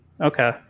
okay